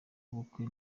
ubukwe